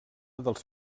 dels